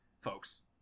folks